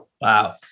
Wow